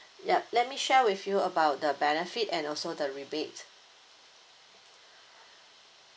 ya let me share with you about the benefit and also the rebate